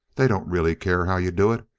they don't really care how you do it.